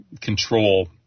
control